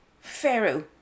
Pharaoh